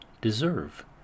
deserve